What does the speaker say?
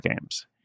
games